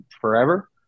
forever